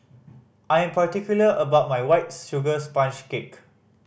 I am particular about my White Sugar Sponge Cake